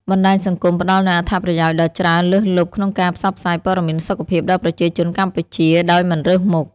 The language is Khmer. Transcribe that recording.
បណ្តាញសង្គមផ្តល់នូវអត្ថប្រយោជន៍ដ៏ច្រើនលើសលប់ក្នុងការផ្សព្វផ្សាយព័ត៌មានសុខភាពដល់ប្រជាជនកម្ពុជាដោយមិនរើសមុខ។